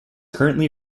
currently